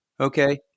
Okay